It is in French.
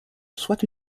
soit